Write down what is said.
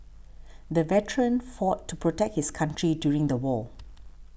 the veteran fought to protect his country during the war